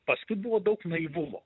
paskui buvo daug naivumo